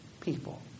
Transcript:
people